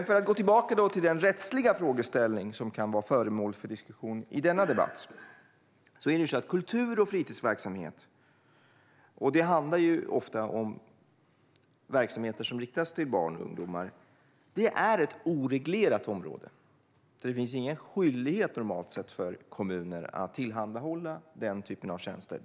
För att gå tillbaka till den rättsliga frågeställning som kan vara föremål för diskussion i denna debatt så är kultur och fritidsverksamhet, som är verksamheter som ofta riktar sig till barn och ungdomar, ett oreglat område. Där finns normalt sett ingen skyldighet för kommuner att tillhandahålla den typen av tjänster.